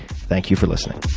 thank you for listening